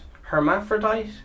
hermaphrodite